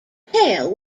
pale